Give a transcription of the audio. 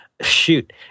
shoot